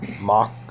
mock